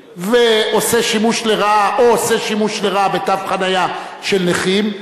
ועושה שימוש לרעה או עושה שימוש לרעה בתו חנייה של נכים,